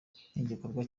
nk’igikorwa